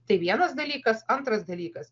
tai vienas dalykas antras dalykas